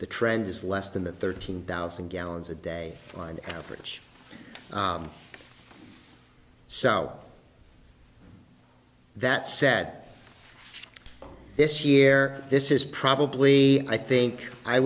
the trend is less than the thirteen thousand gallons a day on average so that said this year this is probably i think i